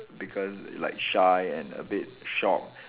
because like shy and a bit shocked